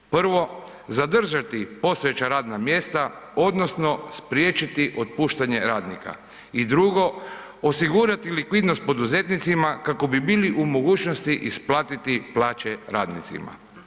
Prvo, zadržati postojeća radna mjesta odnosno spriječiti otpuštanje radnika i drugo, osigurati likvidnost poduzetnicima kako bi bili u mogućnosti isplatiti plaće radnicima.